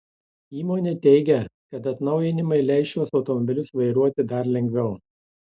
įmonė teigia kad atnaujinimai leis šiuos automobilius vairuoti dar lengviau